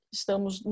estamos